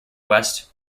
west